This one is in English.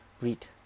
read